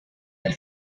del